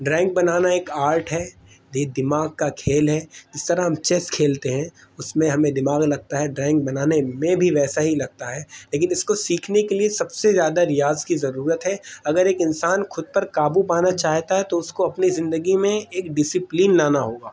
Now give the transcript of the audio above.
drawing بنانا ایک art ہے یہ دماغ کا کھیل ہے جس طرح ہم چیس کھیلتے ہیں اس میں ہمیں دماغ لگتا ہے ڈرائنگ بنانے میں بھی ویسا ہی لگتا ہے لیکن اس کو سیکھنے کے لیے سب سے زیادہ ریاض کی ضرورت ہے اگر ایک انسان خود پر قابو پانا چاہتا ہے تو اس کو اپنی زندگی میں ایک ڈسیپلن لانا ہوگا